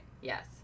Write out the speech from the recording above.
Yes